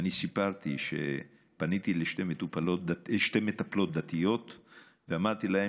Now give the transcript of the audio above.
סיפרתי שפניתי לשתי מטפלות דתיות ואמרתי להן